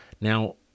Now